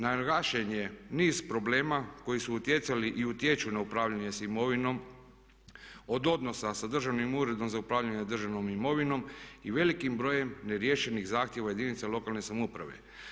Naglašen je niz problema koji su utjecali i utječu na upravljanje s imovinom od odnosa sa državnim uredom za upravljanje državnom imovinom i velikim brojem neriješenih zahtjeva od jedinica lokalne samouprave.